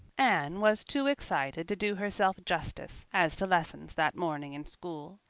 anne was too excited to do herself justice as to lessons that morning in school.